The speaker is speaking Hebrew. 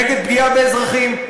נגד פגיעה באזרחים.